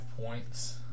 points